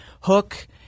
Hook